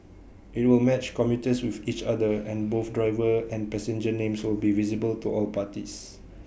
IT will match commuters with each other and both driver and passenger names will be visible to all parties